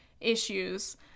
issues